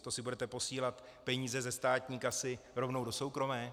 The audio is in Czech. To si budete posílat peníze ze státní kasy rovnou do soukromé?